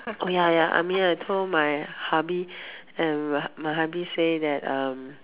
oh ya ya I mean I told my hubby and my my hubby say that um